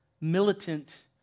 militant